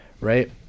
Right